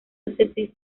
diócesis